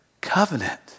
covenant